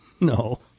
No